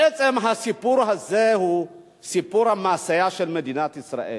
בעצם הסיפור הזה הוא סיפור המעשה של מדינת ישראל.